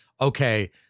okay